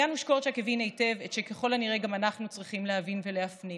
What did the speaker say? יאנוש קורצ'אק הבין היטב את שככל הנראה גם אנחנו צריכים להבין ולהפנים